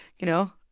you know,